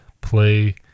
play